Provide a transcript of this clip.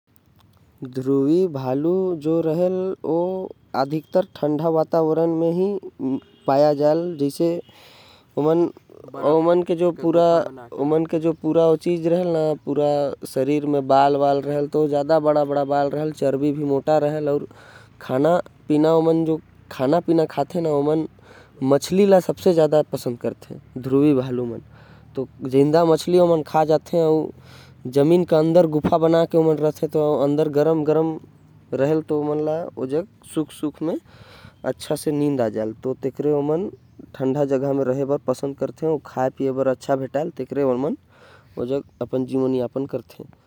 ध्रुवी भालू मन ठंडा म रहथे अउ ओमन के पास मोटा चमड़ी होथे। ओमन मछली खा के अपन जीवन यापन करथे।